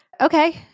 Okay